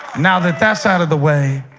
now that that's out of the way,